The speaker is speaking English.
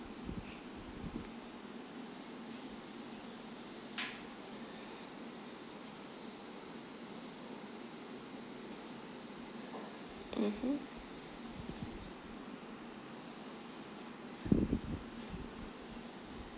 mmhmm